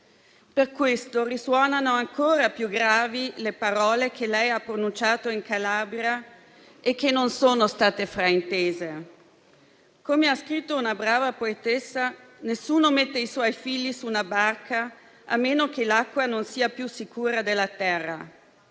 Per questo risuonano ancora più gravi le parole che ha pronunciato in Calabria e che non sono state fraintese. Come ha scritto una brava poetessa, nessuno mette i suoi figli su una barca, a meno che l'acqua non sia più sicura della terra.